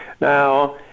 Now